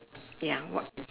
ya what